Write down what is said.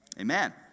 amen